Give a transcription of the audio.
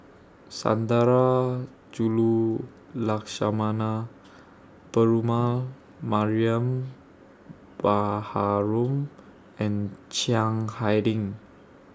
Sundarajulu Lakshmana Perumal Mariam Baharom and Chiang Hai Ding